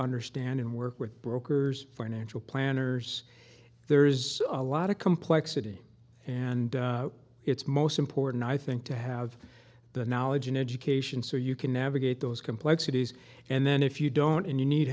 understand and work with brokers financial planners there is a lot of complexity and it's most important i think to have the knowledge and education so you can navigate those complexities and then if you don't and you need